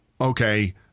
okay